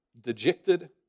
dejected